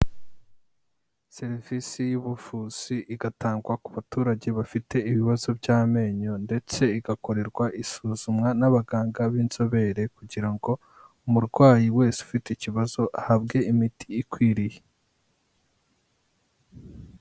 Serivisi y'ubuvuzi, igatangwa ku baturage bafite ibibazo by'amenyo, ndetse igakorerwa isuzumwa n'abaganga b'inzobere, kugira ngo umurwayi wese ufite ikibazo ahabwe imiti ikwiriye.